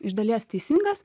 iš dalies teisingas